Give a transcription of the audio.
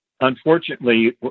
unfortunately